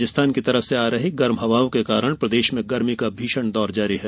राजस्थान की ओर से आ रही गर्म हवाओं के कारण प्रदेश में गर्मी का भीषण दौर जारी है